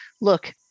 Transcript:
look